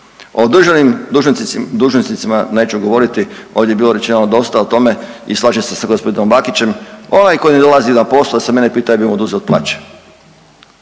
o državnim dužnosnicima neću govoriti. Ovdje je bilo rečeno dosta o tome i slažem se sa gospodinom Bakićem. Onaj koji ne dolazi na posao da se mene pita ja bih mu oduzeo od plaće,